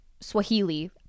Swahili